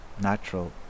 natural